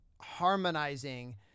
harmonizing